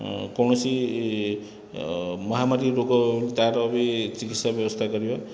କୌଣସି ମହାମାରୀ ରୋଗ ତାର ବି ଚିକିତ୍ସା ବ୍ୟବସ୍ଥା କରିବା